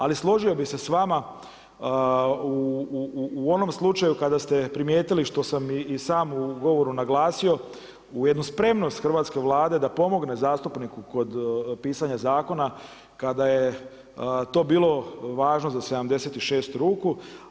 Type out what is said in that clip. Ali složio bih se s vama da u onom slučaju kada ste primijetili što sam i sam u govoru naglasio u jednu spremnost hrvatske Vlade da pomogne zastupniku kod pisanja zakona, kada je to bilo važno za 76 ruku.